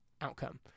outcome